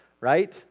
right